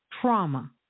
trauma